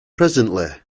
presently